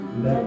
Let